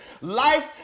Life